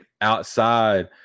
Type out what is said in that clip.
outside